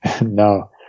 No